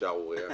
שערורייה